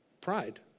pride